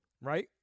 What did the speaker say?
right